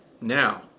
now